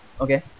Okay